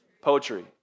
Poetry